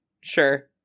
Sure